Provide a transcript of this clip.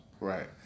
Right